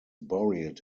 buried